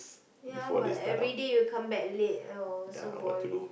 ya but every day you come back late oh so boring